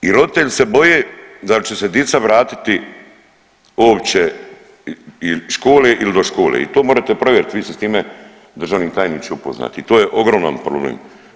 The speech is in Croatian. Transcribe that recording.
I roditelji se boje dal će se dica vratiti uopće iz škole ili do škole i to morete provjerit, vi ste s time državni tajniče upoznati to je ogroman problem.